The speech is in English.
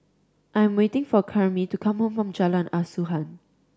I am waiting for Karyme to come from Jalan Asuhan